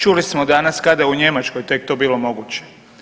Čuli smo danas kada je Njemačkoj tek to bilo moguće.